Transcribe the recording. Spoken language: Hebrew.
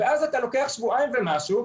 ואז אתה לוקח שבועיים ומשהו,